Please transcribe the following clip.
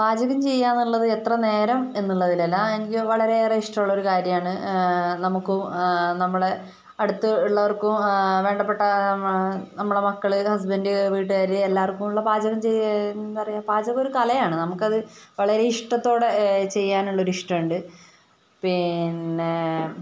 പാചകം ചെയ്യുകയെന്നുള്ളത് എത്ര നേരം എന്നുള്ളതിലല്ല എനിക്ക് വളരെ ഏറെ ഇഷ്ടമുള്ള കാര്യം ആണ് നമുക്കും നമ്മളെ അടുത്ത് ഉള്ളവർക്കും വേണ്ടപ്പെട്ട നമ്മളെ മക്കള് ഹസ്ബന്റ് വീട്ടുകാര് എല്ലാവർക്കുമുള്ള പാചകം ചെയ്യാ എന്താ പറയുക പാചകം ഒരു കലായാണ് നമുക്കത് വളരെ ഇഷ്ടത്തോടെ ചെയ്യാനുള്ളൊരു ഇഷ്ടം ഉണ്ട് പിന്നെ